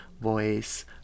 voice